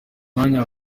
mwanya